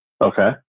Okay